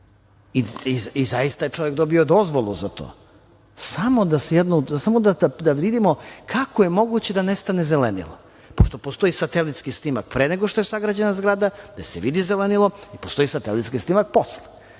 i zaista je čovek dobio dozvolu za to. Samo da vidimo kako je moguće da nestane zelenilo, pošto postoji satelitski snimak pre nego što je sagrađena zgrada gde se vidi zelenilo i postoji satelitski snimak posle